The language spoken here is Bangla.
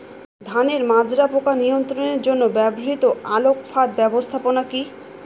ধানের মাজরা পোকা নিয়ন্ত্রণের জন্য ব্যবহৃত আলোক ফাঁদ ব্যবস্থাপনা কি?